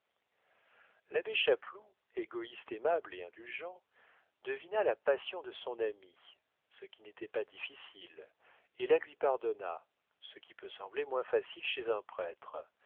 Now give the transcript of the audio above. l'abbé chapeloud égoïste aimable et indulgent devina la passion de son ami ce qui n'était pas difficile et la lui pardonna ce qui peut sembler moins facile chez un prêtre